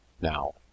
Now